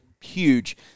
huge